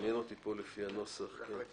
מדוע ההליך לא